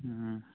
ꯎꯝ